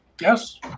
Yes